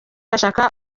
ashaka